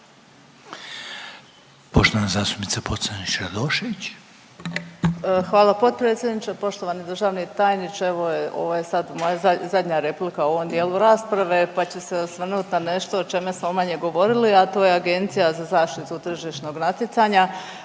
**Pocrnić-Radošević, Anita (HDZ)** Hvala potpredsjedniče. Poštovani državni tajniče ovo je, ovo je sad moja zadnja replika u ovom dijelu rasprave pa ću se osvrnuti na nešto o čemu smo manje govorili, a to je Agencija za zaštitu tržišnog natjecanja